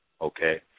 okay